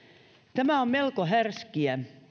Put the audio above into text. tämä on melko härskiä